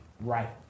Right